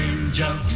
Angel